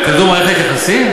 בכזאת מערכת יחסים?